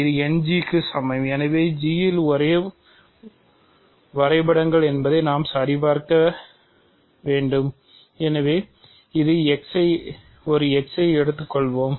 இது End க்கு சமம் இவை G இல் ஒரே வரைபடங்கள் என்பதை நாம் சரிபார்க்க வேண்டும் எனவே ஒரு x ஐ எடுத்துக் கொள்வோம்